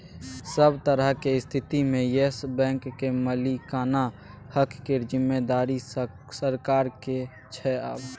सभ तरहक स्थितिमे येस बैंकक मालिकाना हक केर जिम्मेदारी सरकारक छै आब